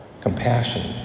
compassion